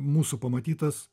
mūsų pamatytas